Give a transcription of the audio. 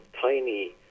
tiny